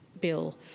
Bill